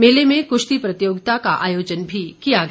मेले में कुश्ती प्रतियोगिता का आयोजन भी किया गया